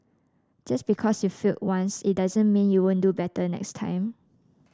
just because you failed once it doesn't mean you won't do better next time